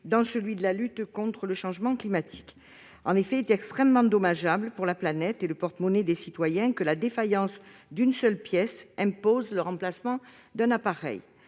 que pour la lutte contre le changement climatique. En effet, il est extrêmement dommageable pour la planète et pour le porte-monnaie de nos concitoyens que la défaillance d'une seule pièce impose le remplacement d'un appareil